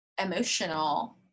emotional